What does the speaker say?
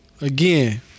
again